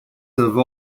have